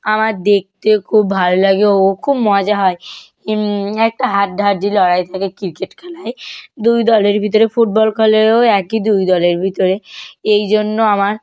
আমার দেখতে খুব ভালো লাগে ও খুব মজা হয় একটা হাড্ডাহাড্ডি লড়াই থাকে ক্রিকেট খেলায় দুই দলের ভিতরে ফুটবল খেলায়ও একই দুই দলের ভিতরে এই জন্য আমার